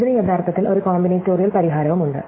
ഇതിനു യഥാർത്ഥത്തിൽ ഒരു കോമ്പിനേറ്റോറിയൽ പരിഹാരവുമുണ്ട്